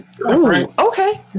Okay